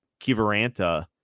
Kivaranta